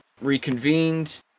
reconvened